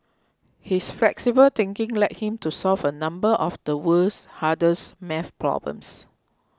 his flexible thinking led him to solve a number of the world's hardest maths problems